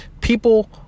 People